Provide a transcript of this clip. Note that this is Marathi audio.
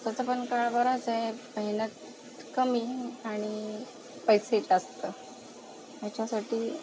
तसंपण काळ बराच आहे मेहनत कमी आणि पैसे जास्त ह्याच्यासाठी